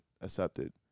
accepted